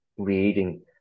creating